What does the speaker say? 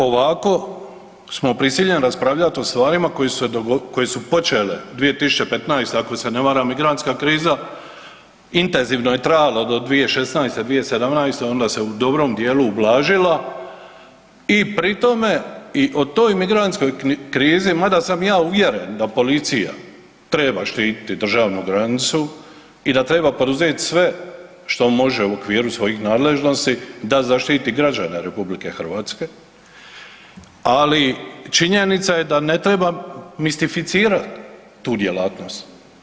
Ovako smo prisiljeni raspravljati koje su se, koje su počele 2015. ako se ne varam, migrantska kriza intenzivno je trajala do 2016., 2017. onda se u dobrom dijelu ublažila i pri tome i o toj migrantskoj krizi mada sam ja uvjeren da policija treba štititi državnu granicu i da treba poduzeti sve što može u okviru svojih nadležnosti da zaštiti građane RH, ali činjenica je da ne treba mistificirati tu djelatnost.